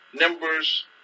Numbers